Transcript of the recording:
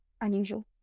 unusual